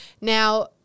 Now